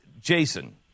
Jason